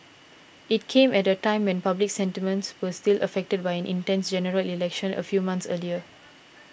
it came at a time when public sentiments were still affected by an intense General Election a few months earlier